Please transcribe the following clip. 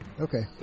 Okay